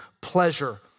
pleasure